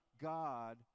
God